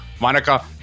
Monica